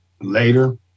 later